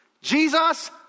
Jesus